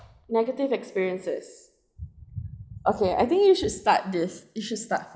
negative experiences okay I think you should start this you should start